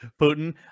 Putin